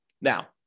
Now